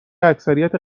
اکثریت